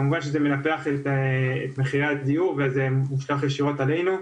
כמובן שזה מנפח משמעותית את מחירי הדיור וזה מושלך ישירות עלינו.